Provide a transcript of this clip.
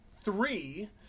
three